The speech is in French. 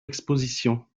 expositions